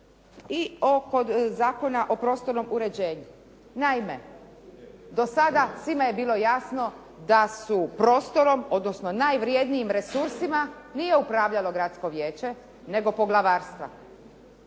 kod Zakona o prostornom uređenju. Naime, do sada svima je bilo jasno da su prostorom, odnosno najvrjednijim resursima nije upravljalo gradsko vijeće nego poglavarstva.